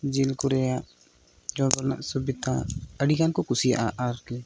ᱡᱤᱞ ᱠᱚ ᱨᱮᱭᱟᱜ ᱡᱚᱢ ᱨᱮᱭᱟᱜ ᱥᱩᱵᱤᱫᱷᱟ ᱟᱹᱰᱤᱜᱟᱱ ᱠᱚ ᱠᱩᱥᱤᱭᱟᱜᱼᱟ ᱟᱨᱠᱤ